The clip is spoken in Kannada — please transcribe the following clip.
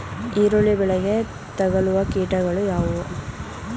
ಈರುಳ್ಳಿ ಬೆಳೆಗೆ ತಗಲುವ ಕೀಟಗಳು ಯಾವುವು?